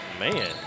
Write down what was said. Man